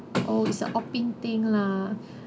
oh is a opting thing lah